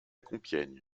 compiègne